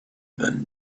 than